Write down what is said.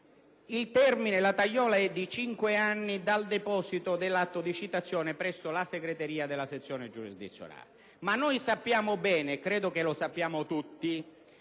il termine, la «tagliola», è di cinque anni dal deposito dell'atto di citazione presso la segreteria della sezione giurisdizionale, ma noi sappiamo bene - e credo che lo sappiamo tutti